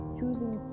choosing